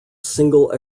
single